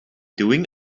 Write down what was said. doing